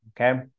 Okay